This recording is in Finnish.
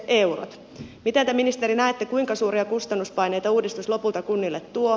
miten te ministeri näette kuinka suuria kustannuspaineita uudistus lopulta kunnille tuo